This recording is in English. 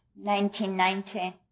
1990